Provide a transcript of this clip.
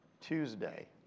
Tuesday